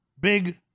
big